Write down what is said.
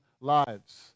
lives